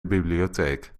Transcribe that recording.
bibliotheek